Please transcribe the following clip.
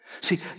See